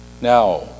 Now